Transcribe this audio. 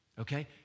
Okay